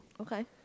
Okay